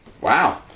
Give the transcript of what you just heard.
Wow